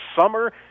summer